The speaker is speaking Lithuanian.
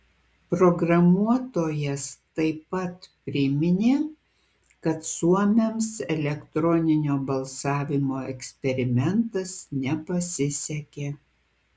programuotojas taip pat priminė kad suomiams elektroninio balsavimo eksperimentas nepasisekė